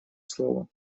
слова